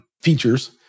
features